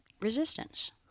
resistance